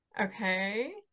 Okay